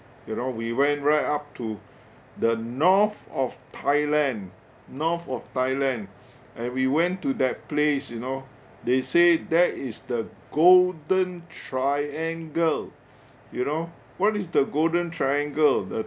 you know we went right up to the north of thailand north of thailand and we went to that place you know they say that is the golden triangle you know what is the golden triangle the